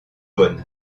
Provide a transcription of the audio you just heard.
bonn